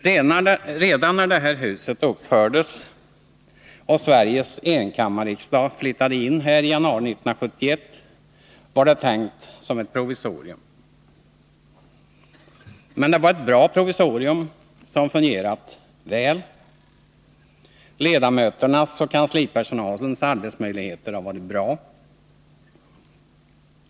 Redan när detta hus uppfördes och Sveriges enkammarriksdag flyttade in i januari 1971 var det tänkt som ett provisorium. Men det var ett bra provisorium, som fungerat väl. Ledamöternas och kanslipersonalens arbetsmöjligheter har varit goda.